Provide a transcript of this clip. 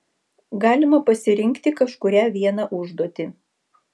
galima pasirinkti kažkurią vieną užduotį